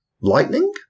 lightning